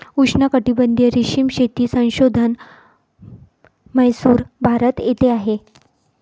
उष्णकटिबंधीय रेशीम शेती संशोधन म्हैसूर, भारत येथे आहे